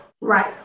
Right